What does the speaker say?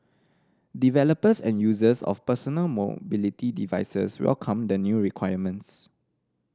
developers and users of personal mobility devices welcomed the new requirements